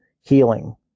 healing